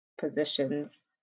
positions